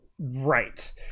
right